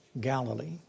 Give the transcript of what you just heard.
Galilee